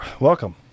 welcome